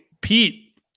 Pete